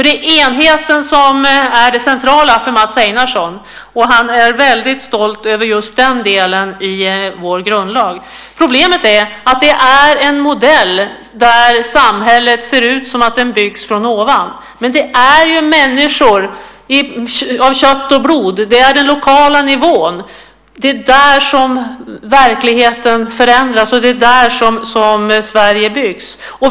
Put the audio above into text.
Det är enheten som är det centrala för Mats Einarsson, och han är väldigt stolt över just den delen i vår grundlag. Problemet är att det är en modell där det ser ut som att samhället byggs ovan, men det handlar ju om människor av kött och blod, om den lokala nivån. Det är där som verkligheten förändras, och det är där som Sverige byggs.